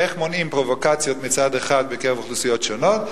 איך מונעים פרובוקציות מצד אחד בקרב אוכלוסיות שונות,